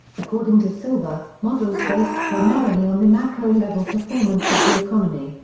according to silver, models based primarily on the macro-level performance of the economy,